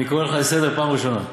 אני קורא אותך לסדר פעם ראשונה.